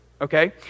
Okay